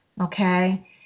Okay